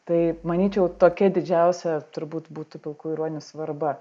tai manyčiau tokia didžiausia turbūt būtų pilkųjų ruonių svarba